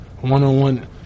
One-on-one